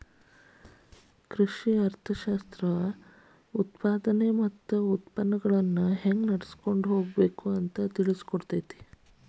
ಕೃಷಿ ಅರ್ಥಶಾಸ್ತ್ರವು ಉತ್ಪಾದನೆ ಮತ್ತ ಉತ್ಪನ್ನಗಳನ್ನಾ ಹೆಂಗ ನಡ್ಸಕೊಂಡ ಹೋಗಬೇಕು ಅಂತಾ ತಿಳ್ಸಿಕೊಡತೈತಿ